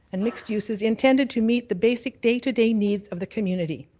and mixed uses intended to meet the basic day-to-day needs of the community.